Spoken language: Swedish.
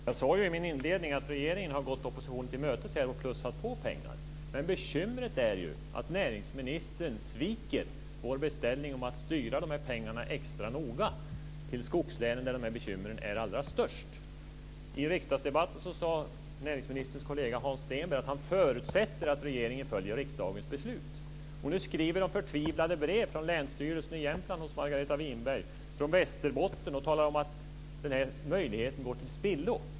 Fru talman! Jag sade ju i min inledning att regeringen har gått oppositionen till mötes här och plussat på pengar. Men bekymret är att näringsministern sviker vår beställning om att styra de här pengarna extra noga till skogslänen, där de här bekymren är allra störst. Hans Stenberg att han förutsätter att regeringen följer riksdagens beslut. Och nu skriver de förtvivlade brev från Länsstyrelsen i Jämtland - Margareta Winbergs hemlän - och från Länsstyrelsen i Västerbotten och talar om att den här möjligheten går till spillo.